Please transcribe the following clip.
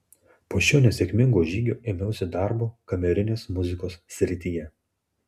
po šio nesėkmingo žygio ėmiausi darbo kamerinės muzikos srityje